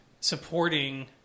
supporting